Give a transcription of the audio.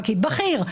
פקיד בכיר,